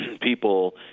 people